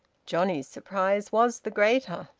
johnnie's surprise was the greater.